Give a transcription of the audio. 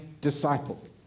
disciple